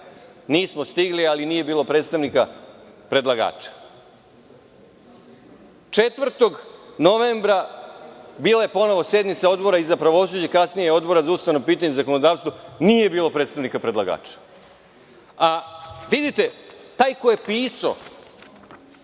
nismo stigli, ali nije bilo predstavnika predlagača. Dalje, 4. novembra bila je ponovo sednica Odbora za pravosuđe, a kasnije Odbora za ustavna pitanja i zakonodavstvo i nije bilo predstavnika predlagača. Vidite, taj koji je pisao